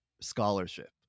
scholarship